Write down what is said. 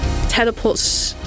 teleports